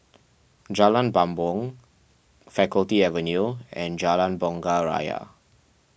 Jalan Bumbong Faculty Avenue and Jalan Bunga Raya